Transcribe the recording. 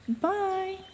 Bye